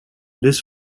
this